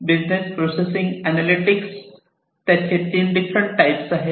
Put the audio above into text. business processing analytics त्याचे तीन different type आहेत